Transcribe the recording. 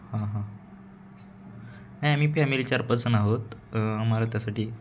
हां हां हा आम्ही फॅमिली चार पाचजण आहोत आम्हाला त्यासाठी